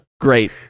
great